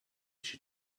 she